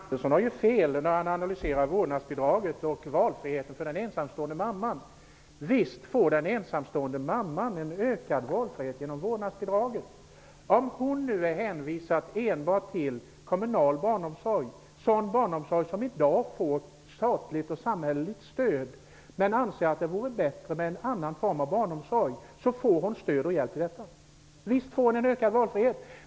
Herr talman! Jan Andersson har fel när han analyserar vårdnadsbidraget och valfriheten för den ensamstående mamman. Visst får den ensamstående mamman en ökad valfrihet genom vårdnadsbidraget! Om hon nu är hänvisad enbart till kommunal barnomsorg, som i dag får statligt och samhälleligt stöd, men anser att det vore bättre med en annan form av barnomsorg -- då får hon stöd och hjälp.